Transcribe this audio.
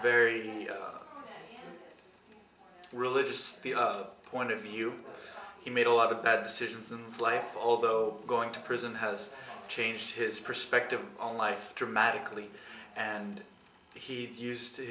very religious point of view he made a lot of bad decisions and life although going to prison has changed his perspective on life dramatically and he used